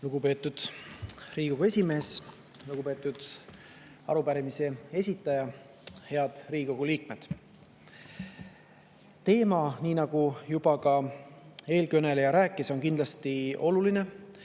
Lugupeetud Riigikogu esimees! Lugupeetud arupärimise esitaja! Head Riigikogu liikmed! Teema, nii nagu juba ka eelkõneleja rääkis, on kindlasti oluline: